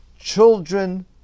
children